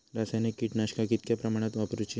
रासायनिक कीटकनाशका कितक्या प्रमाणात वापरूची?